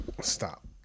Stop